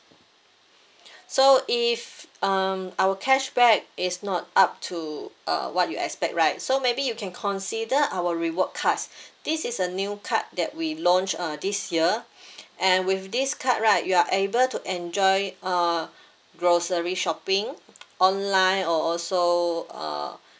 so if um our cashback is not up to uh what you expect right so maybe you can consider our reward cards this is a new card that we launch uh this year and with this card right you are able to enjoy uh grocery shopping online or also uh